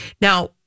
Now